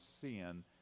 sin